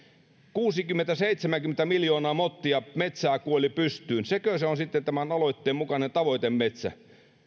kuusikymmentä viiva seitsemänkymmentä miljoonaa mottia metsää kuoli pystyyn sekö on sitten tämän aloitteen mukainen tavoitemetsä